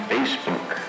Facebook